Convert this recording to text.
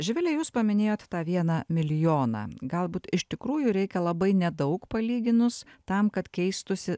živile jūs paminėjot tą vieną milijoną galbūt iš tikrųjų reikia labai nedaug palyginus tam kad keistųsi